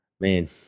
Man